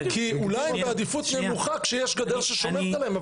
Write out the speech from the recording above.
כי אולי הם בעדיפות נמוכה כשיש גדר ששומרת עליהם,